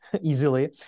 easily